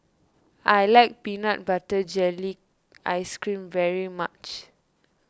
I like Peanut Butter Jelly Ice Cream very much